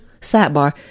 sidebar